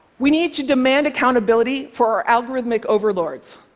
we need to demand accountability for our algorithmic overlords.